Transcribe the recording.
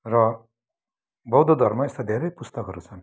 र बौद्ध धर्म यस्ता धेरै पुस्तकहरू छन्